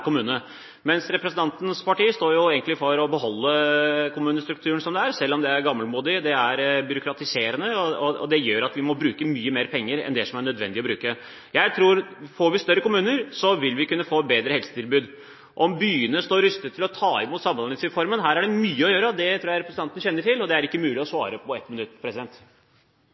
kommune, mens representantens parti jo står for å beholde kommunestrukturen slik den er, selv om det er gammelmodig, det er byråkratiserende, og det gjør at vi må bruke mye mer penger enn det som er nødvendig. Jeg tror at hvis vi får større kommuner, vil vi kunne få bedre helsetilbud. Om byene står rustet når det gjelder Samhandlingsreformen – her er det mye å gjøre, det tror jeg representanten kjenner til, og det er det ikke mulig å svare på i løpet av 1 minutt.